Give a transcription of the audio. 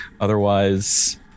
otherwise